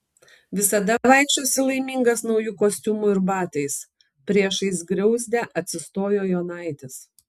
visada vaikščiosi laimingas nauju kostiumu ir batais priešais griauzdę atsistojo jonaitis